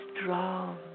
strong